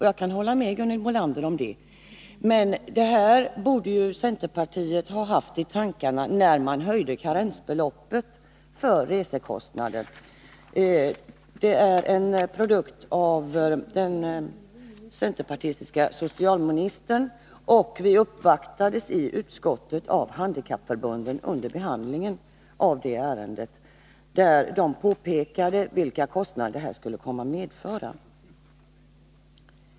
Jag kan hålla med Gunhild Bolander om det. Men det borde centerpartiet ha haft i tankarna, när centern höjde karensbeloppet för resekostnader. Den höjningen är en produkt som härrör från den centerpartistiska socialministern. Under behandlingen av ärendet uppvaktades utskottet av handikappförbunden. De påpekade de kostnader höjningen skulle komma att medföra.